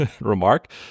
remark